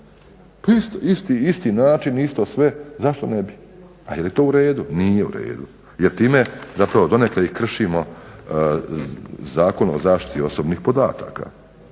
banke. Isti način, isto sve zašto ne bi? Pa jeli to uredu? Nije uredu jel time donekle i kršimo Zakon o zaštiti osobnih podataka.